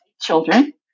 children